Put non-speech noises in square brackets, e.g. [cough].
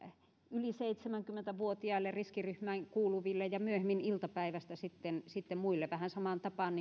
yli seitsemänkymmentä vuotiaille riskiryhmään kuuluville ja myöhemmin iltapäivästä sitten sitten muille vähän samaan tapaan [unintelligible]